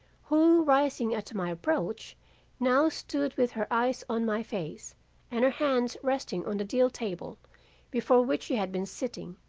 who rising at my approach now stood with her eyes on my face and her hands resting on the deal table before which she had been sitting,